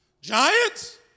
Giants